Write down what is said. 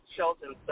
Shelton